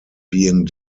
being